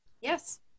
Yes